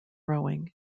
rowing